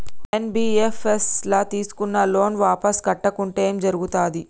NBFS ల తీస్కున్న loan వాపస్ కట్టకుంటే ఏం జర్గుతది?